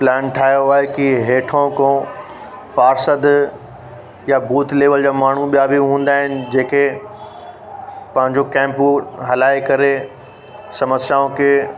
plan ठाहियो आहे कि हेठा खां पार्षद या बूथ लेवल जा माण्हू ॿिया बि हूंदा आहिनि जेके पंहिंजो केंप बूथ हलाए करे समस्याऊं खे